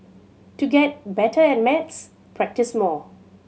to get better at maths practise more